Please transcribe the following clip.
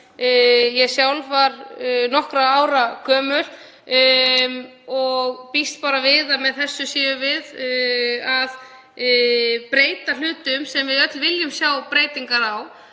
ég sjálf var nokkurra ára gömul. Ég býst við að með þessu séum við að breyta hlutum sem við öll viljum sjá breytingar á.